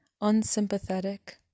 unsympathetic